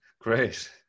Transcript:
Great